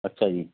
अच्छा जी